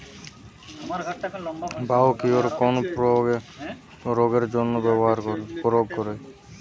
Biocure কোন রোগেরজন্য প্রয়োগ করে?